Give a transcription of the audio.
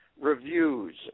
Reviews